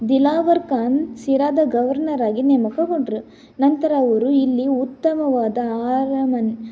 ದಿಲಾವರ್ ಖಾನ್ ಶಿರಾದ ಗವರ್ನರ್ ಆಗಿ ನೇಮಕಗೊಂಡರು ನಂತರ ಅವರು ಇಲ್ಲಿ ಉತ್ತಮವಾದ ಆರಮನ್